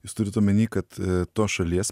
jūs turit omeny kad tos šalies